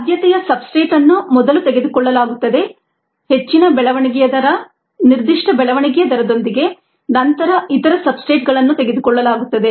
ಆದ್ಯತೆಯ ಸಬ್ಸ್ಟ್ರೇಟ್ ಅನ್ನು ಮೊದಲು ತೆಗೆದುಕೊಳ್ಳಲಾಗುತ್ತದೆ ಹೆಚ್ಚಿನ ಬೆಳವಣಿಗೆಯ ದರ ನಿರ್ದಿಷ್ಟ ಬೆಳವಣಿಗೆಯ ದರದೊಂದಿಗೆ ನಂತರ ಇತರ ಸಬ್ಸ್ಟ್ರೇಟ್ಗಳನ್ನು ತೆಗೆದುಕೊಳ್ಳಲಾಗುತ್ತದೆ